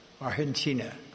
Argentina